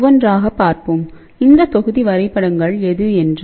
ஒவ்வொன்றாக பார்ப்போம்இந்த தொகுதி வரைபடங்கள் எது என்று